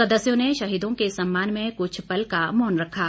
सदस्यों ने शहीदों के सम्मान में कुछ पल का मौन रखा